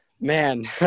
man